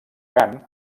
gant